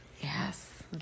Yes